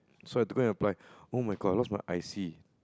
so I have to go and apply oh my god I lost my I_C